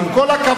עם כל הכבוד,